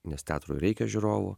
nes teatrui reikia žiūrovo